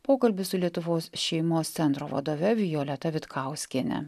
pokalbis su lietuvos šeimos centro vadove violeta vitkauskiene